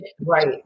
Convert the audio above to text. Right